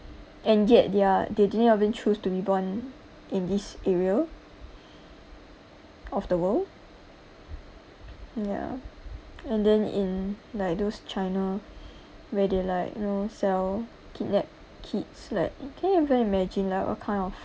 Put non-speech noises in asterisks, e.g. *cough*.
and yet they are they didn't even choose to be born in this area *breath* of the world ya and then in like those china where they like you know sell kidnap kids like can you even imagine like what kind of